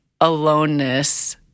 aloneness